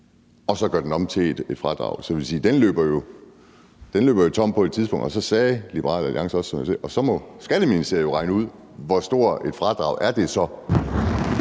og så laver dem om til et fradrag. Men den løber jo på et tidspunkt tom, og så sagde Liberal Alliance også, at Skatteministeriet må regne ud, hvor stort et fradrag det så